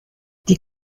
die